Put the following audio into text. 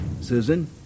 Susan